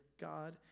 God